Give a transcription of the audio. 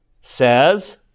says